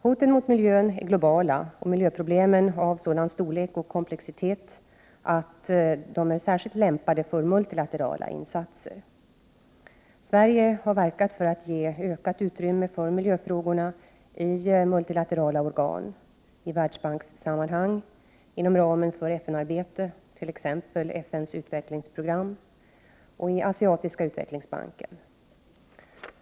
Hoten mot miljön är globala och miljöproblemen av sådan storlek och komplexitet att de är särskilt lämpade för multilaterala insatser. Sverige har verkat för att ge ökat utrymme för miljöfrågorna i multilaterala organ, i Världsbankssammanhang, inom ramen för FN-arbetet, t.ex. FN:s utvecklingsprogram, UNDP och i Asiatiska utvecklingsbanken.